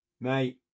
mate